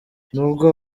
nubwo